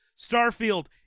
Starfield